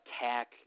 attack